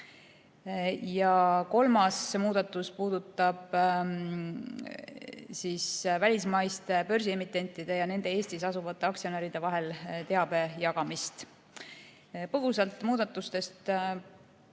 Ja kolmas muudatus puudutab välismaiste börsiemitentide ja nende Eestis asuvate aktsionäride vahel teabe jagamist. Põgusalt muudatustest